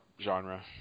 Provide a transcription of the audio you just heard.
genre